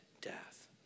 death